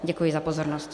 Děkuji za pozornost.